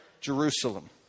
Jerusalem